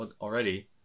already